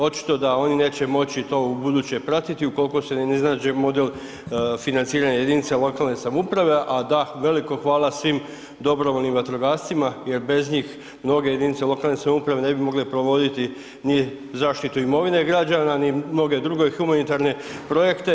Očito da oni neće moći to ubuduće pratiti ukoliko se ne iznađe model financiranja jedinica lokalne samouprave, a da veliko hvala svim dobrovoljnim vatrogascima jer bez njih mnoge jedinice lokalne samouprave ne bi mogle provoditi ni zaštitu imovine građana, ni mnoge druge humanitarne projekte.